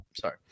sorry